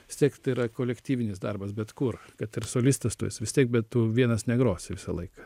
vis tiek tai yra kolektyvinis darbas bet kur kad ir solistas tu esi vis tiek bet tu vienas negrosi visą laiką